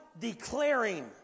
declaring